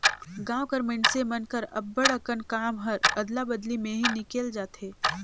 गाँव कर मइनसे मन कर अब्बड़ अकन काम हर अदला बदली में ही निकेल जाथे